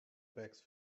bags